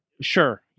sure